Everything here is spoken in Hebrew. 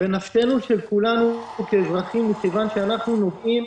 הוא בנפש כולנו כאזרחים מכיוון שאנחנו נוגעים